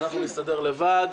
אנחנו נסתדר לבד,